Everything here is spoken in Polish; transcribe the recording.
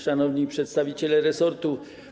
Szanowni przedstawiciele resortu!